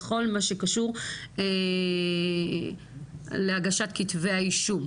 בכל מה שקשור להגשת כתבי האישום,